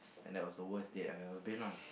and that was the worse date I've every been on